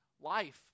life